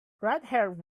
redhaired